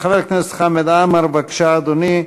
חבר הכנסת חמד עמאר, בבקשה, אדוני.